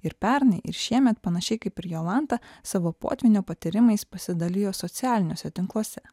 ir pernai ir šiemet panašiai kaip ir jolanta savo potvynio patyrimais pasidalijo socialiniuose tinkluose